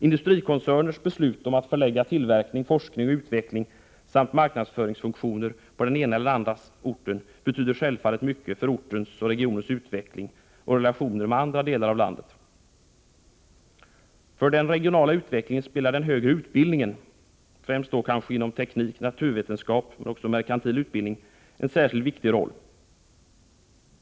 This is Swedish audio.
Industrikoncerners beslut om att förlägga tillverkning, forskning och utveckling samt marknadsföringsfunktioner på den ena eller den andra orten betyder självfallet mycket för ortens och regionens utveckling och relationer med andra delar av landet. För den regionala utvecklingen spelar den högre utbildningen, främst då utbildningen inom teknik och naturvetenskap samt den merkantila utbildningen, en särskilt viktig roll.